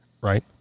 right